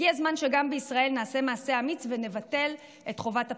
הגיע הזמן שגם בישראל נעשה מעשה אמיץ ונבטל את חובת הפרישה.